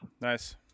Nice